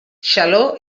xaló